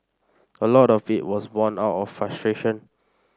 a lot of it was born out of frustration